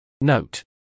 Note